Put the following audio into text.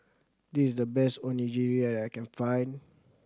this is the best Onigiri that I can find